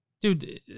Dude